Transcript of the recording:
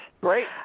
Great